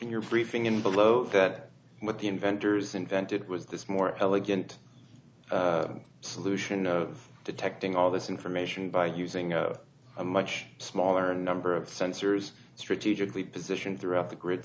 in your briefing in below that with the inventors invented was this more elegant solution of detecting all this information by using a much smaller number of sensors strategically positioned throughout the grid